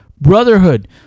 Brotherhood